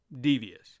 devious